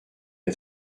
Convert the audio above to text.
est